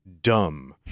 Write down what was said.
dumb